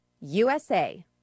USA